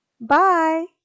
Bye